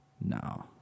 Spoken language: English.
no